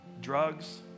drugs